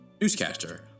Newscaster